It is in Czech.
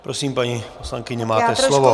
Prosím, paní poslankyně, máte slovo.